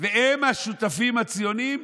להאריך את התקופות הנקובות בסיפא של סעיף 36א(ב),